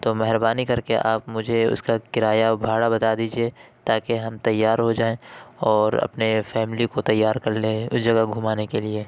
تو مہربانی کر کے آپ مجھے اس کا کرایہ بھاڑا بتا دیجیے تاکہ ہم تیار ہو جائیں اور اپنے فیملی کو تیار کر لیں اس جگہ گھمانے کے لیے